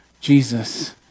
Jesus